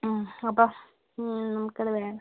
അപ്പോൾ നമുക്ക് അത് വേണം